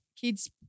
kids